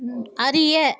ம் அறிய